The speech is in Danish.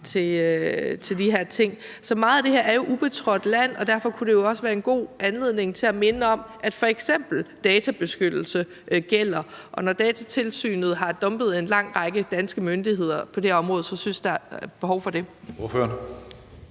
til de her ting. Så meget af det her er jo ubetrådt land, og derfor kunne det også være en god anledning til at minde om, at f.eks. databeskyttelse gælder. Og når Datatilsynet har dumpet en lang række danske myndigheder på det område, synes jeg der er behov for det.